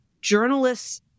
journalists